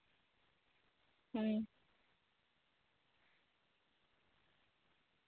ᱦᱩᱸ